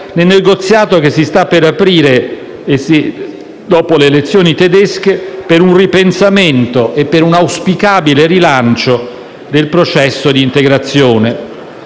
nel negoziato che si sta per aprire, dopo le elezioni tedesche, per un ripensamento e un auspicabile rilancio del processo di integrazione.